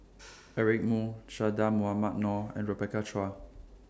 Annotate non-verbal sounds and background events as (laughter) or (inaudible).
(noise) Eric Moo Che Dah Mohamed Noor and Rebecca Chua